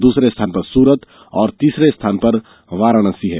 दूसरे स्थान पर सूरत और तीसरे पर वाराणसी है